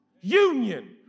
union